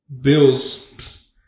Bills